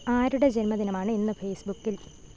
ആരുടെ ജന്മദിനമാണ് ഇന്ന് ഫേസ്ബുക്കിൽ